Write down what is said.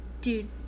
dude